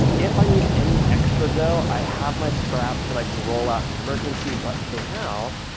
if i need any extra dough, i have my scraps that i can roll out in an emergency but for now,